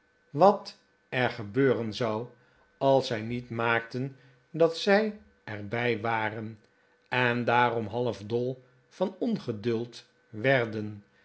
wat er gebeuren zou als zij niet maakten dat zij er bij waren en daarom half dol van ongeduld werden